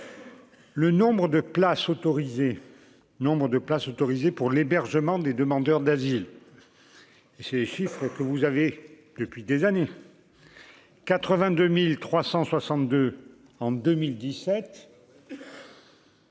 nombres de places autorisées pour l'hébergement des demandeurs d'asile et ces chiffres que vous avez depuis des années 82362 en 2017.